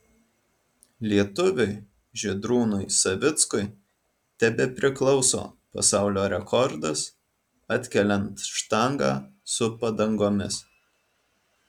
lietuviui žydrūnui savickui tebepriklauso pasaulio rekordas atkeliant štangą su padangomis